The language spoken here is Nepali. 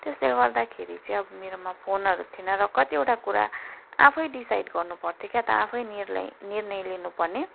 त्यसले गर्दाखेरि चाहिँ अब मेरोमा फोनहरू थिएन र कतिवटा कुरा आफै डिसाइड गर्नुपर्थ्यो क्या त आफै निर्लय निर्णय लिनुपर्ने